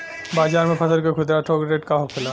बाजार में फसल के खुदरा और थोक रेट का होखेला?